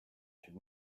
should